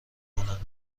کنند